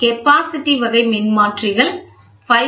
capacity வகை மின்மாற்றிகள் 5